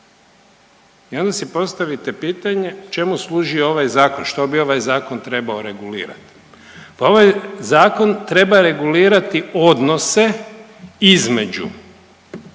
I onda si postavite pitanje čemu služi ovaj zakon, što bi ovaj zakon trebao regulirati. Pa ovaj zakon treba regulirati odnose između